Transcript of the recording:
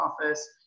office